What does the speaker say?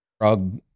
Drug